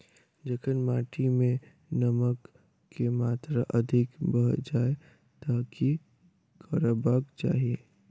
जखन माटि मे नमक कऽ मात्रा अधिक भऽ जाय तऽ की करबाक चाहि?